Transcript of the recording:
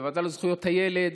בוועדה לזכויות הילד,